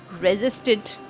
resisted